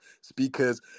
speakers